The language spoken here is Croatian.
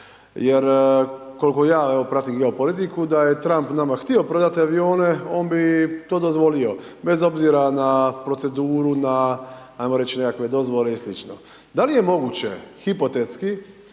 jer koliko ja, evo, pratim geopolitiku, da je Tramp nama htio prodati avione, on bi to dozvolio bez obzira na proceduru, na, ajmo reći, nekakve dozvole i sl. Da li je moguće hipotetski